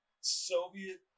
Soviet